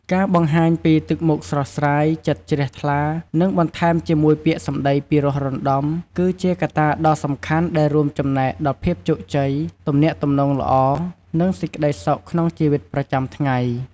ការបង្ហាញពី ទឹកមុខស្រស់ស្រាយ ចិត្តជ្រះថ្លា និងបន្ថែមជាមួយពាក្យសម្ដីពិរោះរណ្ដំ គឺជាកត្តាដ៏សំខាន់ដែលរួមចំណែកដល់ភាពជោគជ័យ ទំនាក់ទំនងល្អ និងសេចក្តីសុខក្នុងជីវិតប្រចាំថ្ងៃ។